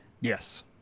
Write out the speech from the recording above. Yes